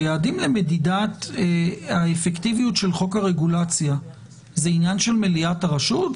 היעדים למדידת האפקטיביות של חוק הרגולציה הם עניין של מליאת הרשות?